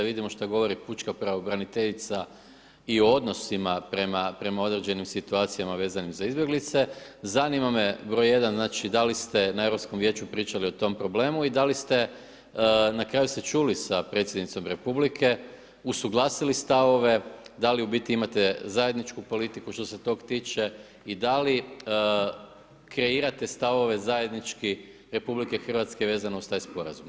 Vidimo šta govori pučka pravobraniteljica i o odnosima prema određenim situacijama vezanim za izbjeglice, zanima me broj jedan, znači da li ste na Europskom vijeću pričali o tom problemu i da li ste na kraju se čuli sa predsjednicom republike usuglasili stavove, da li u biti imate zajedničku politiku što se tog tiče i da li kreirate stavove zajednički RH vezano uz taj sporazum.